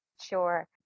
Sure